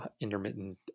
intermittent